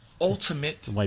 ultimate